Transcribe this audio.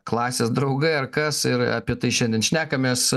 klasės draugai ar kas ir apie tai šiandien šnekamės